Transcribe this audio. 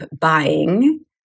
buying